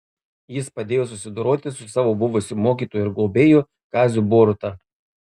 jis padėjo susidoroti su savo buvusiu mokytoju ir globėju kaziu boruta